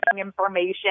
information